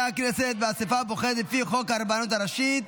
נציגי הכנסת באספה הבוחרת לפי חוק הרבנות הראשית.